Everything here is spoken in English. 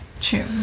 True